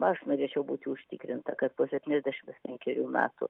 aš norėčiau būti užtikrinta kad po septyniasdešimts penkerių metų